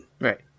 Right